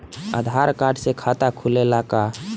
आधार card से खाता खुले ला का?